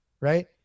right